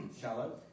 shallow